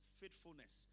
faithfulness